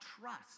trust